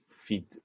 Feed